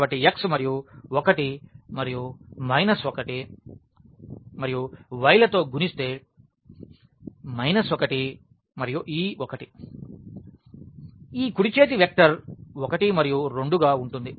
కాబట్టి x మరియు 1 మరియు మైనస్ 1 మరియు y లతో గుణిస్తే మైనస్ 1 మరియు ఈ 1 ఈ కుడి చేతి వెక్టర్ 1 మరియు 2 గా ఉంటుంది